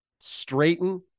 straighten